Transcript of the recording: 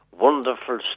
wonderful